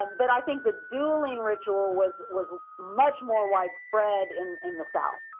but i think with dueling ritual was was much more widespread in in the south.